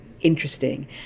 interesting